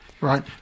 right